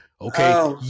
okay